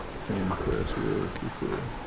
same class wars before,